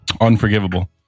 Unforgivable